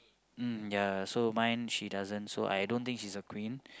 mm ya so mine she doesn't so I don't think she's a queen